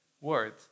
word